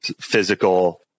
physical